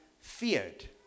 feared